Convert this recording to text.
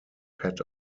pet